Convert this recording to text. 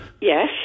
yes